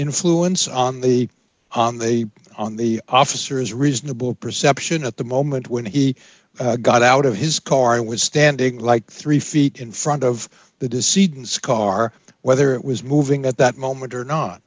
influence on the on the on the officer is reasonable perception at the moment when he got out of his car and was standing like three feet in front of the deceit and scar whether it was moving at that moment or not